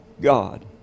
God